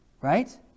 right